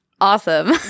Awesome